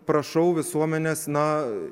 prašau visuomenės na